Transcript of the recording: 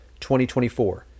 2024